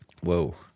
Whoa